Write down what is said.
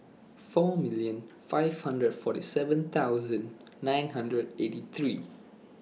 four million five hundred forty seven thousand nine hundred eighty three